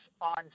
on